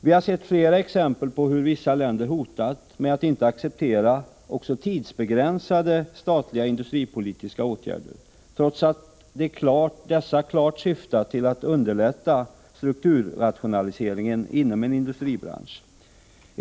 Vi har sett flera exempel på hur vissa länder har hotat med att inte acceptera också tidsbegränsade statliga industripolitiska åtgärder, trots att dessa klart syftat till att underlätta strukturrationaliseringen inom en industribransch.